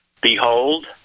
behold